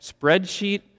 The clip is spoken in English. spreadsheet